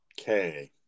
okay